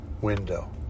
window